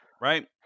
Right